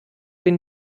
been